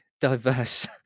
diverse